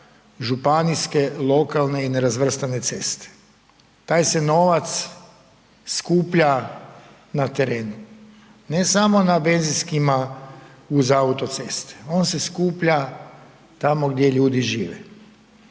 županijske, lokalne i nerazvrstane ceste. Taj se novac skuplja na terenu ne samo na benzinskima uz autocestu, on se skuplja tamo gdje ljudi žive